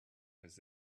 his